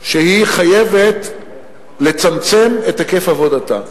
שהיא חייבת לצמצם את היקף עבודתה.